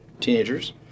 teenagers